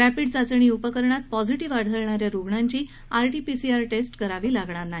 rapid चाचणी उपकरणात positive आढळणा या रुग्णांची आरटीपीसीआर टेस्ट करावी लागणार नाही